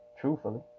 Truthfully